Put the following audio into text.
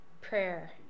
prayer